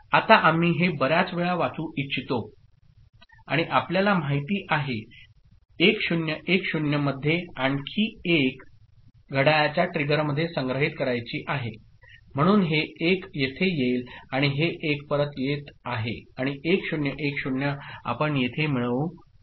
आता आम्ही हे बर्याच वेळा वाचू इच्छितो आणि आपल्याला माहिती आहे 1010 मध्ये आणखी एक घड्याळाच्या ट्रिगरमध्ये संग्रहित करायची आहे म्हणून हे 1 येथे येईल आणि हे 1 परत येत आहे आणि 1010 आपण येथे मिळऊ शकता